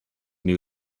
new